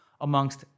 amongst